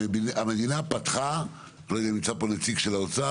אני לא יודע אם נמצא פה נציג של האוצר.